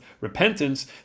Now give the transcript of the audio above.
repentance